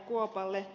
kuopalle